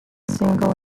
single